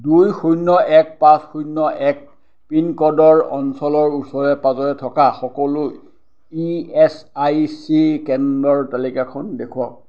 দুই শূন্য এক পাঁচ শূন্য এক পিনক'ডৰ অঞ্চলৰ ওচৰে পাঁজৰে থকা সকলো ই এছ আই চি কেন্দ্ৰৰ তালিকাখন দেখুৱাওক